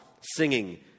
singing